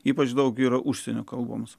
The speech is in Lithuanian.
ypač daug yra užsienio kalboms